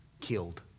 Killed